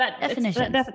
definitions